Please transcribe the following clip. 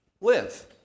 live